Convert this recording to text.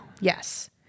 Yes